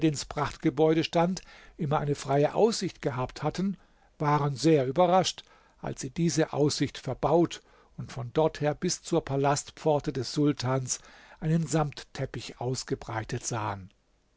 prachtgebäude stand immer eine freie aussicht gehabt hatten waren sehr überrascht als sie diese aussicht verbaut und von dorther bis zur palastpforte des sultans einen samtteppich ausgebreitet sahen